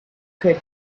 could